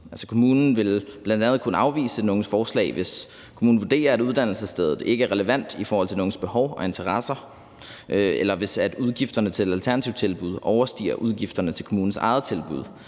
kommunen vil bl.a. kunne afvise den unges forslag, hvis kommunen vurderer, at uddannelsesstedet ikke er relevant i forhold til den unges behov og interesser, eller hvis udgifterne til det alternative tilbud overstiger udgifterne til kommunens eget tilbud,